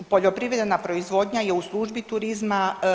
Poljoprivredna proizvodnja je u službi turizma.